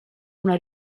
una